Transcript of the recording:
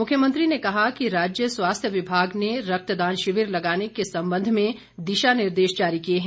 मुख्यमंत्री ने कहा कि राज्य स्वास्थ्य विभाग ने रक्तदान शिविर लगाने के संबंध में दिशा निर्देश जारी किए है